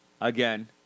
again